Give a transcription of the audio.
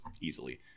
easily